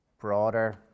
broader